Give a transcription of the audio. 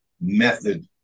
method